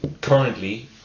currently